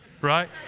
right